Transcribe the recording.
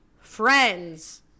friends